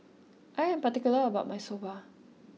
I am particular about my Soba